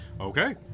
Okay